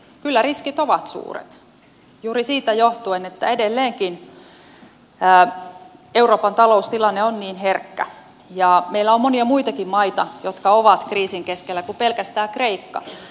kyllä riskit ovat suuret juuri siitä johtuen että edelleenkin euroopan taloustilanne on niin herkkä ja meillä on monia muitakin maita jotka ovat kriisin keskellä kuin pelkästään kreikka